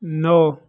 नौ